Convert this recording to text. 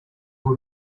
who